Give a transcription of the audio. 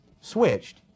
switched